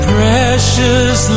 Precious